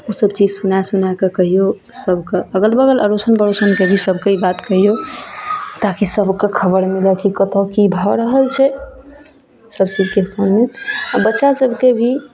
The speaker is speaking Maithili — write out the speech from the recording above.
उसब चीज सुना सुना कऽ कहियौ सबकऽ अगल बगल अड़ोसन पड़ोसनके भी सबके ई बात कहियौ ताकि सबके खबर मिलय कि कतऽ की भए रहल छै सबचीजके बच्चा सबके भी